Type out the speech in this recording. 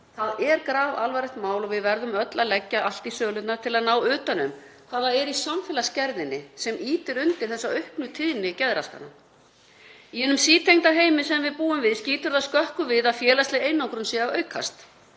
Það er grafalvarlegt mál og við verðum öll að leggja allt í sölurnar til að ná utan um hvað það er í samfélagsgerðinni sem ýtir undir þessa auknu tíðni geðraskana. Í hinum sítengda heimi sem við búum við skýtur það skökku við að félagsleg einangrun sé að aukast.